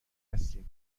هستیم